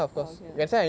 oh can ah